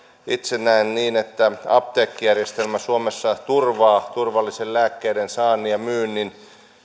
itse näen niin että apteekkijärjestelmä suomessa turvaa turvallisen lääkkeiden saannin ja myynnin